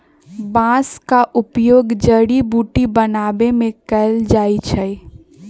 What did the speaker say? बांस का उपयोग जड़ी बुट्टी बनाबे में कएल जाइ छइ